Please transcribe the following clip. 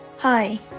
Hi